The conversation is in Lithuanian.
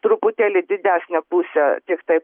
truputėlį didesnė pusė tiktai